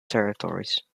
territories